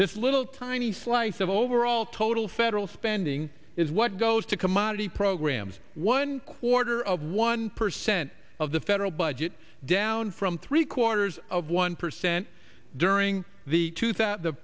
this little tiny slice of overall total federal spending is what goes to commodity programs one quarter of one percent of the federal budget down from three quarters of one percent during the t